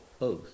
oath